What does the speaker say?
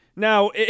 Now